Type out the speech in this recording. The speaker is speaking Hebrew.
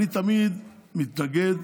אני תמיד מתנגד,